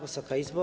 Wysoka Izbo!